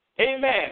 Amen